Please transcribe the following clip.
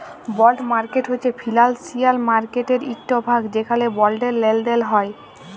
বল্ড market হছে financial মার্কেটের ইকট ভাগ যেখালে বল্ডের লেলদেল হ্যয়